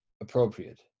appropriate